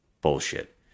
bullshit